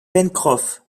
pencroff